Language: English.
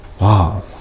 Wow